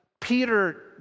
Peter